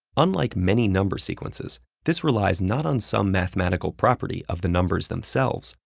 unlike many number sequences, this relies not on some mathematical property of the numbers themselves,